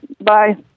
Bye